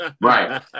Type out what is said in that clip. right